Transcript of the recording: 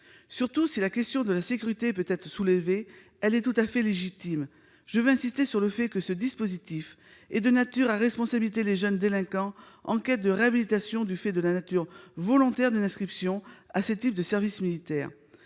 Surtout, si la question de la sécurité peut être soulevée, et elle est tout à fait légitime, je veux insister sur le fait que ce dispositif est de nature à responsabiliser les jeunes délinquants en quête de réhabilitation du fait de la nature volontaire d'une inscription à ces types de service militaire.